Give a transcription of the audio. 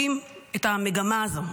את המגמה הזו,